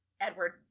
Edward